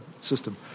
system